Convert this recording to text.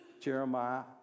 jeremiah